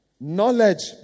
knowledge